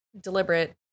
deliberate